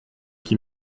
qui